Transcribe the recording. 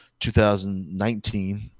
2019